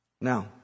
Now